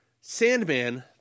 Sandman